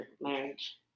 marriage